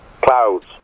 clouds